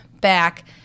back